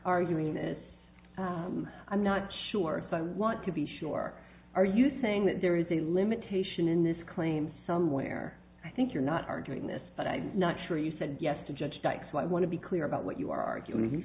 arguing this i'm not sure if i want to be sure are you saying that there is a limitation in this claim somewhere i think you're not arguing this but i'm not sure you said yes to judge dykes i want to be clear about what you are arguing